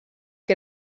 que